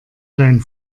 dein